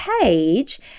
page